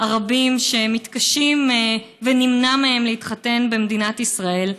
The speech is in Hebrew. הרבים שמתקשים ונמנע מהם להתחתן במדינת ישראל.